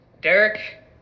Derek